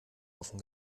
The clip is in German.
offen